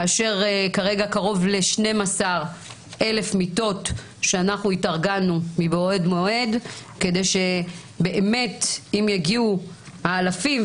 כאשר כרגע קרוב ל-12,000 מיטות שארגנו מבעוד מועד כדי שאם יגיעו האלפים,